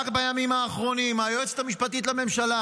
רק בימים האחרונים היועצת המשפטית לממשלה